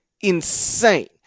insane